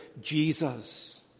Jesus